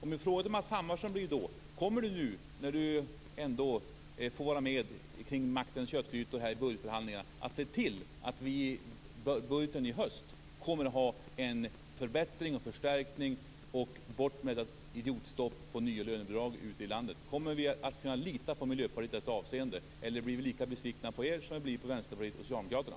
Min fråga till Matz Hammarström blir då: Kommer han, när han nu får vara med kring maktens köttgrytor i budgetförhandlingarna, att se till att vi i budgeten i höst kommer att ha en förbättring och förstärkning och att vi får bort idiotstoppet för nya lönebidrag ute i landet? Kommer vi att kunna lita på Miljöpartiet i detta avseende, eller blir vi lika besvikna på er som vi blivit på Vänsterpartiet och Socialdemokraterna?